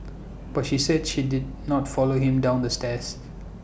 but she say she did not follow him down the stairs